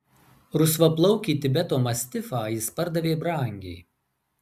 rusvaplaukį tibeto mastifą jis pardavė brangiai